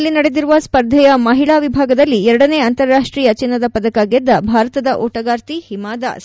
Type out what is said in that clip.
Poland ನಲ್ಲಿ ನಡೆದಿರುವ ಸ್ಪರ್ಧೆಯ ಮಹಿಳಾ ವಿಭಾಗದಲ್ಲಿ ಎರಡನೇ ಅಂತಾರಾಷ್ಟ್ರೀಯ ಚಿನ್ನದ ಪದಕ ಗೆದ್ದ ಭಾರತದ ಓಟಗಾರ್ತಿ ಹಿಮಾ ದಾಸ್